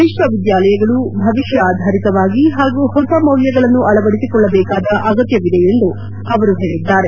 ವಿಶ್ವವಿದ್ದಾಲಯಗಳು ಭವಿಷ್ಠ ಆಧಾರಿತವಾಗಿ ಹಾಗೂ ಹೊಸ ಮೌಲ್ವಗಳನ್ನು ಅಳವಡಿಸಿಕೊಳ್ಳಬೇಕಾದ ಅಗತ್ನವಿದೆ ಎಂದು ಅವರು ಹೇಳದ್ದಾರೆ